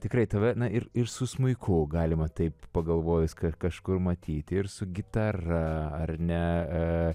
tikrai tave na ir ir su smuiku galima taip pagalvojus kad kažkur matyti ir su gitara ar ne